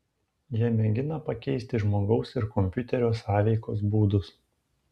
jie mėgina pakeisti žmogaus ir kompiuterio sąveikos būdus